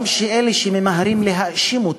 הם גם אלה שממהרים להאשים אותם,